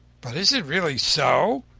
but is it really so?